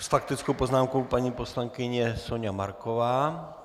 S faktickou poznámkou paní poslankyně Soňa Marková.